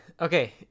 Okay